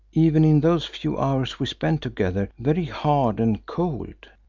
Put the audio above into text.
even in those few hours we spent together, very hard and cold.